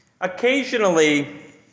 Occasionally